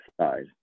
Side